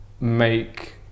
make